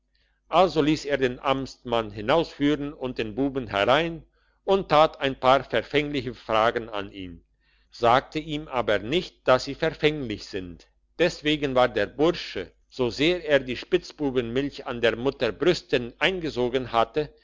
also liess er den amtmann hinausführen und den buben herein und tat ein paar verfängliche fragen an ihn sagte ihm aber nicht dass sie verfänglich sind deswegen war der bursche so sehr er die spitzbubenmilch an der mutter brüsten eingesogen hatte